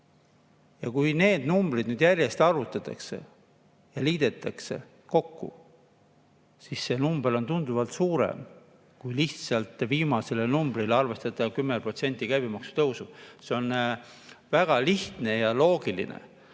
Neid numbreid järjest arvutatakse ja liidetakse kokku ning see number on tunduvalt suurem kui lihtsalt viimasele numbrile arvestada [juurde] 10% käibemaksutõusu. See on väga lihtne ja loogiline.